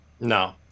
No